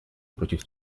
против